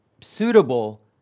suitable